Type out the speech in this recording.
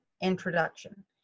introduction